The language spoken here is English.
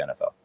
NFL